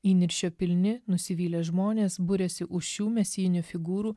įniršio pilni nusivylę žmonės buriasi už šių mesijinių figūrų